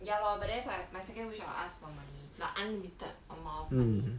ya lor but then is like my second wish I'll ask for money like unlimited amount of money